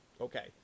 okay